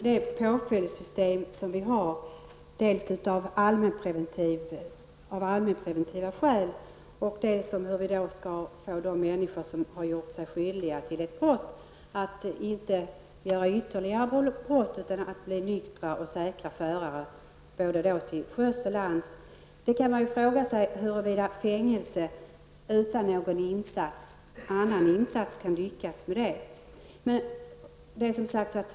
Herr talman! Vi har ett påföljdsystem dels av allmänpreventiva skäl, dels för att få människor som har gjort sig skyldiga till ett brott att inte göra ytterligare brott, utan att bli nyktra och säkra förare både till sjöss och till lands. Man kan fråga sig huruvida fängelse utan någon annan insats kan lyckas med detta.